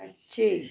പക്ഷി